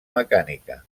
mecànica